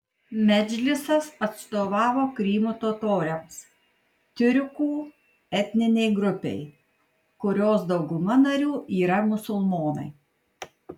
medžlisas atstovavo krymo totoriams tiurkų etninei grupei kurios dauguma narių yra musulmonai